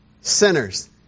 sinners